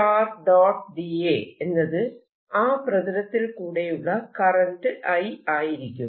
da എന്നത് ആ പ്രതലത്തിൽ കൂടെയുള്ള കറന്റ് I ആയിരിക്കും